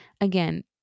Again